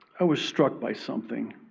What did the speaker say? i was struck by something,